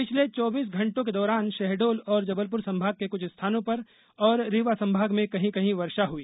पिछले चौबीस घण्टों के दौरान शहडोल और जबलपुर संभागों के कुछ स्थानों पर और रीवा संभाग में कहीं कहीं वर्षा हुई